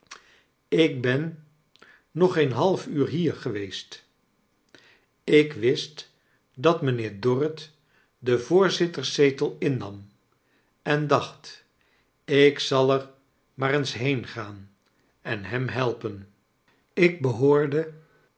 ik ben nog geen half uur hier geweest ik wist dat mijnheer dorrit den voorzitterszetel in nam en dacht ik zal er maar eens heengaan en hem heipen ik behoorde